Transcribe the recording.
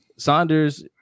Saunders